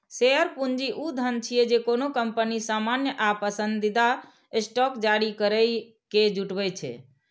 share पूंजी ऊ धन छियै, जे कोनो कंपनी सामान्य या पसंदीदा स्टॉक जारी करैके जुटबै छै